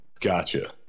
Gotcha